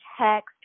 text